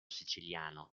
siciliano